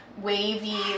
wavy